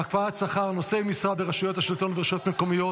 (הקפאת שכר נושאי משרה ברשויות השלטון וברשויות מקומיות